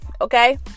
okay